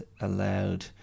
allowed